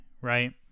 right